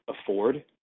afford